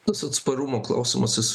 tas atsparumo klausimas jis